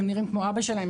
הם נראים כמו אבא שלהם,